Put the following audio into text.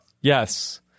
yes